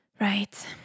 right